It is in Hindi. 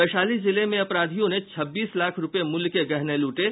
वैशाली जिले में अपराधियों ने छब्बीस लाख रूपये मूल्य के गहने लूटे